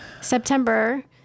September